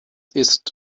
isst